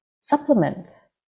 supplements